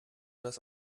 das